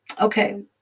Okay